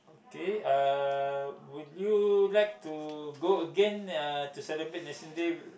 okay uh would you like to go again uh to celebrate National Day